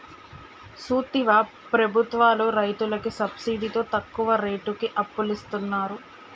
సూత్తివా ప్రభుత్వాలు రైతులకి సబ్సిడితో తక్కువ రేటుకి అప్పులిస్తున్నరు